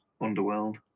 Underworld